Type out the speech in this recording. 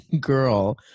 girl